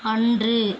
அன்று